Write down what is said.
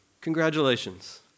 Congratulations